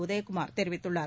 உதயகுமார் தெரிவித்துள்ளார்